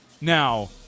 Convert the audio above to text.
Now